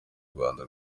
rwanda